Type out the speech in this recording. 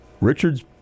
Richard's